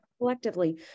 collectively